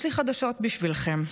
יש לי חדשות בשבילכם: